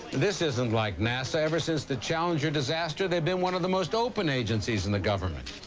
this isn't like nasa. ever since the challenger disaster they've been one of the most open agencies in the government.